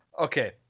Okay